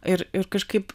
ir ir kažkaip